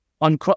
on